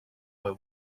were